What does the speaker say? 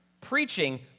preaching